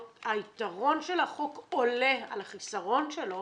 שהיתרון של החוק עולה על החיסרון שלו